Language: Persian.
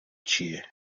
چیه